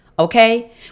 Okay